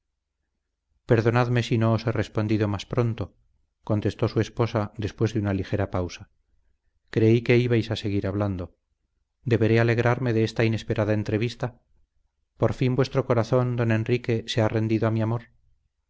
perdonadme si no os he respondido más pronto contestó su esposa después de una ligera pausa creí que ibais a seguir hablando deberé alegrarme de esta inesperada entrevista por fin vuestro corazón don enrique se ha rendido a mi amor